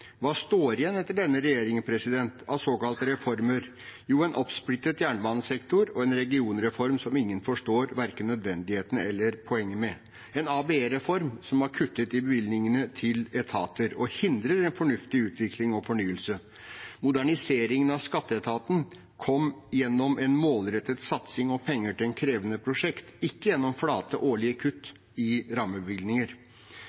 Hva står igjen etter denne regjeringen av såkalte reformer? Jo, en oppsplittet jernbanesektor og en regionreform som ingen forstår verken nødvendigheten av eller poenget med, og en ABE-reform som har kuttet i bevilgningene til etater og hindrer en fornuftig utvikling og fornyelse. Moderniseringen av skatteetaten kom gjennom en målrettet satsing og penger til et krevende prosjekt, ikke gjennom flate årlige